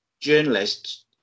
journalists